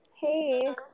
Hey